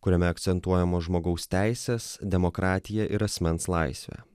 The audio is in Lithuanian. kuriame akcentuojamos žmogaus teisės demokratija ir asmens laisvė